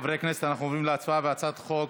חברי הכנסת, אנחנו עוברים להצבעה על הצעת חוק